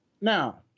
Now